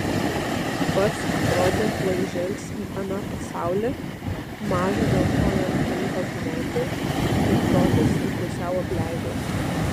pats atrodė tuoj žengs į aną pasaulį maža dėl ko jam teliko gyventi ir protas jį pusiau apleido